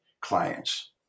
clients